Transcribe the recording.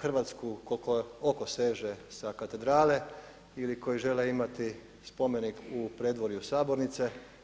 Hrvatsku koliko oko seže sa katedrale ili koji žele imati spomenik u predvorju sabornice.